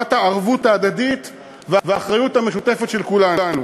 בחובת הערבות ההדדית והאחריות המשותפת של כולנו.